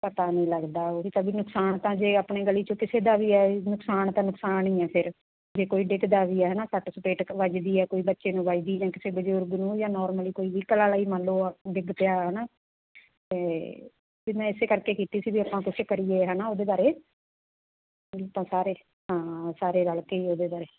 ਪਤਾ ਨਹੀਂ ਲੱਗਦਾ ਉਹੀ ਤਾਂ ਵੀ ਨੁਕਸਾਨ ਤਾਂ ਜੇ ਆਪਣੀ ਗਲੀ 'ਚੋਂ ਕਿਸੇ ਦਾ ਵੀ ਹੈ ਨੁਕਸਾਨ ਤਾਂ ਨੁਕਸਾਨ ਹੀ ਹੈ ਫਿਰ ਜੇ ਕੋਈ ਡਿੱਗਦਾ ਵੀ ਹੈ ਨਾ ਸੱਟ ਸਪੇਟਕ ਵੱਜਦੀ ਹੈ ਕੋਈ ਬੱਚੇ ਨੂੰ ਵੱਜਦੀ ਜਾਂ ਕਿਸੇ ਬਜ਼ੁਰਗ ਨੂੰ ਜਾਂ ਨੋਰਮਲੀ ਕੋਈ ਵੀ ਕਲਾ ਲਈ ਮੰਨ ਲਓ ਡਿੱਗ ਪਿਆ ਹੈ ਨਾ ਅਤੇ ਅਤੇ ਮੈਂ ਇਸੇ ਕਰਕੇ ਕੀਤੀ ਸੀ ਵੀ ਆਪਾਂ ਕੁਝ ਕਰੀਏ ਹੈ ਨਾ ਉਹਦੇ ਬਾਰੇ ਤਾਂ ਸਾਰੇ ਹਾਂ ਸਾਰੇ ਰਲ ਕੇ ਉਹਦੇ ਬਾਰੇ